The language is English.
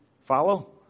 Follow